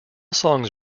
songs